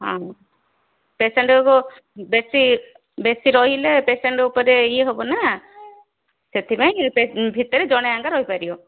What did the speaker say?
ହଁ ପେସେଣ୍ଟକୁ ବେଶୀ ବେଶୀ ରହିଲେ ପେସେଣ୍ଟ ଉପରେ ଇଏ ହେବନା ସେଥିପାଇଁ ଭିତରେ ଜଣେ ଏକା ରହିପାରିବ